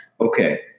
okay